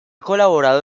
colaborado